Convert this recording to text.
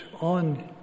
on